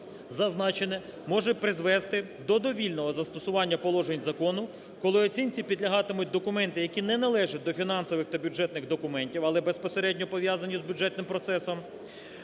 Зазначене може призвести до довільного застосування положень закону, коли оцінці підлягатимуть документи, які не належать до фінансових та бюджетних документів, але безпосередньо пов'язані з бюджетним процесом,